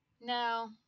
No